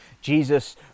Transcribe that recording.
Jesus